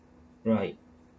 right